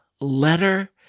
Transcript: Letter